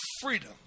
freedom